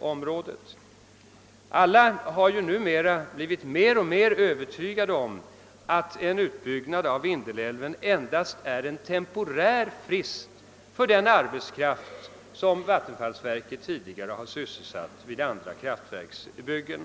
området. Alla har ju nu blivit mer och mer övertygade om att en utbyggnad av Vindelälven endast ger en temporär frist för den arbetskraft som vattenfallsverket tidigare sysselsatt vid andra kraftverksbyggen.